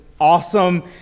Awesome